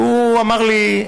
והוא אמר לי: